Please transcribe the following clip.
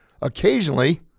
Occasionally